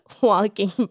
walking